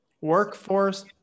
Workforce